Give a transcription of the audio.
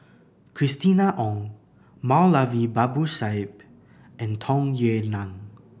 Christina Ong Moulavi Babu Sahib and Tung Yue Nang